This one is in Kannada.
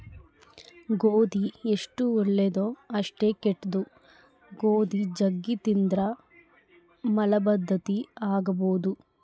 ಗೋಧಿ ಎಷ್ಟು ಒಳ್ಳೆದೊ ಅಷ್ಟೇ ಕೆಟ್ದು, ಗೋಧಿ ಜಗ್ಗಿ ತಿಂದ್ರ ಮಲಬದ್ಧತೆ ಆಗಬೊದು